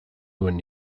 nuen